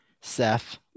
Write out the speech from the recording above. seth